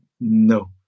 No